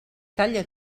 calla